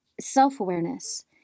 self-awareness